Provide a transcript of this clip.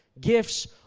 Gifts